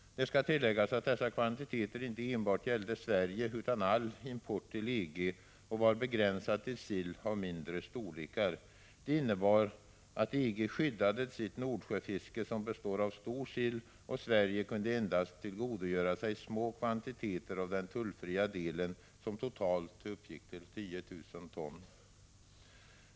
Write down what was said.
Det skall tilläggas att dessa kvantiteter inte enbart gällde Sverige utan all import till EG och var begränsade till sill av mindre storlekar. Det innebar att EG skyddade sitt Nordsjöfiske, som består av stor sill, och Sverige kunde endast tillgodogöra sig små kvantiteter av den tullfria delen, som totalt uppgick till 10 000 ton.